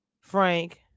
Frank